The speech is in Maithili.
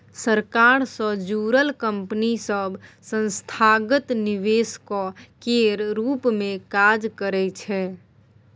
सरकार सँ जुड़ल कंपनी सब संस्थागत निवेशक केर रूप मे काज करइ छै